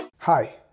hi